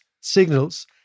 signals